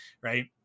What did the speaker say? right